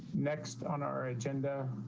next on our agenda,